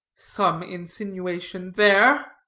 some insinuation there.